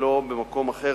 ולא במקום אחר.